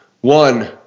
One